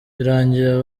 birangira